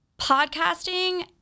podcasting